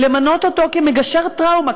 למנות אותו כמגשר טראומה,